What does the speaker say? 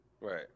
Right